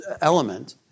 element